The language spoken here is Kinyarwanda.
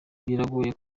biragoye